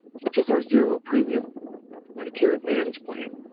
such as our zero premium medicare advantage plan.